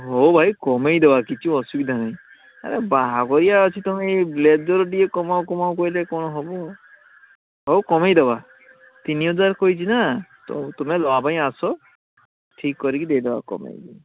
ହେଉ ଭାଇ କମାଇ ଦେବା କିଛି ଅସୁବିଧା ନାହିଁ ଏ ବାହାଘରିଆ ଅଛି ତୁମେ ଏଇ ବ୍ଲେଜର୍ ଟିକେ କମାଅ କମାଅ କହିଲେ କ'ଣ ହେବ ହେଉ କମାଇ ଦେବା ତିନି ହଜାର କହିଛି ନା ତ ତୁମେ ନେବା ପାଇଁ ଆସ ଠିକ୍ କରିକି ଦେଇଦେବା କମେଇକି